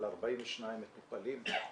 על 42 מטופלים.